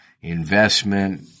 investment